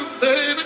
baby